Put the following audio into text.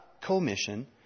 commission